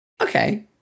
Okay